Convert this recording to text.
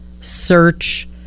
search